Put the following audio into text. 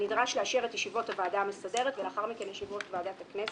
נדרש לאשר את ישיבות הוועדה המסדרת ולאחר מכן ישיבות ועדת הכנסת,